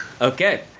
Okay